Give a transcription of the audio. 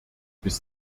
bis